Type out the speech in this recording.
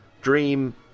Dream